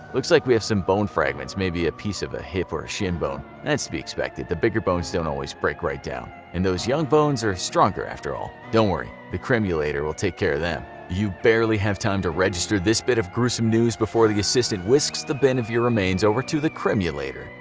looks like we have some bone fragments, maybe a piece of hip or shin bone. that's to be expected the bigger bones don't always break right down, and those young bones are stronger, after all. don't worry, the cremulator will take care of them. you barely have time to register this bit of gruesome news before the assistant whisks the bin of your remains over to the cremulator.